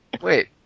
Wait